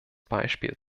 beispiel